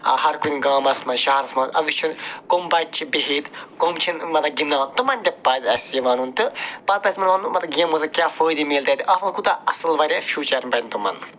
ہر کُنہِ گامَس منٛز شہرَس منٛز وٕچھُن کَم بَچہِ چھِ بِہِتھ کَم چھِنہٕ مطلب گِنٛدان تِمَن تہِ پَزِ اَسہِ یہِ وَنُن تہِ پَتہٕ پَزِ تِمَن وَنُن مطلب گیمہِ منٛز کیٛاہ فٲیِدٕ مِلہِ تَتہِ اَتھ منٛز کوٗتاہ اَصٕل واریاہ فیٖوچَر بَنہِ تِمَن